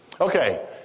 Okay